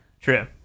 True